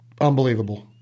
unbelievable